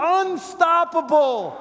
unstoppable